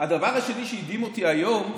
הדבר השני שהדהים אותי היום,